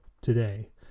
today